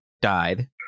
died